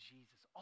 Jesus